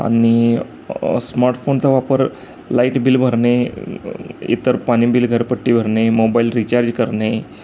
आणि स्मार्टफोनचा वापर लाईट बिल भरणे इतर पाणी बिल घरपट्टी भरणे मोबाईल रिचार्ज करणे